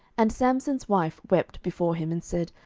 and samson's wife wept before him, and said,